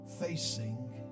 facing